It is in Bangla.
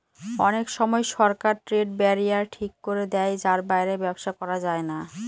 অনেক সময় সরকার ট্রেড ব্যারিয়ার ঠিক করে দেয় যার বাইরে ব্যবসা করা যায় না